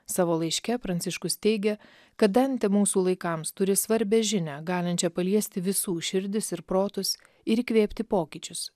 savo laiške pranciškus teigia kad dantė mūsų laikams turi svarbią žinią galinčią paliesti visų širdis ir protus ir įkvėpti pokyčius